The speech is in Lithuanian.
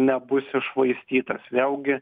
nebus iššvaistytas vėlgi